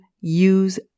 use